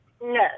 No